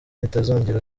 itazongera